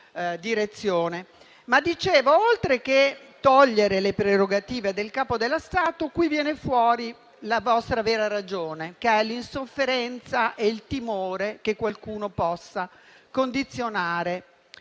direzione. Oltre che togliere prerogative al Capo dello Stato, viene fuori la vostra vera ragione, che è l'insofferenza e il timore che qualcuno possa condizionare